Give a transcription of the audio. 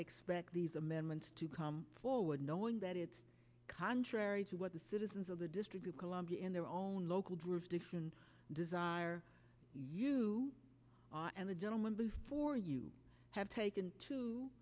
expect these amendments to come forward knowing that it's contrary to what the citizens of the district of columbia in their own local jurisdiction desire you and the gentleman before you have taken to